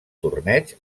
torneig